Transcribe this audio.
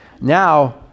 now